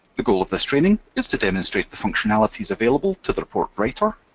the goal of this training is to demonstrate the functionalities available to the report writer,